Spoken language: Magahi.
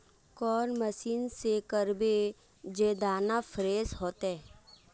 कौन मशीन से करबे जे दाना फ्रेस होते?